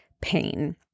pain